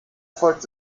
folgte